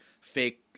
fake –